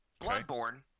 Bloodborne